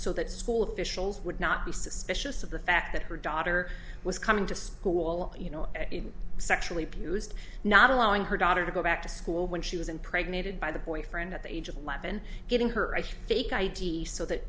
so that school officials would not be suspicious of the fact that her daughter was coming to school you know sexually abused not allowing her daughter to go back to school when she was impregnated by the boyfriend at the age of eleven getting her fake i d so that